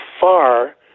far